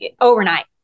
overnight